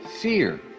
fear